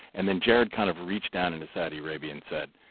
and then jared kind of reached down into saudi arabia and said,